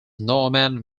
norman